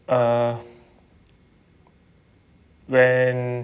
uh when